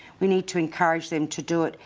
we need to encourage them to do it,